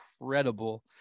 incredible